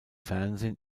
fernsehen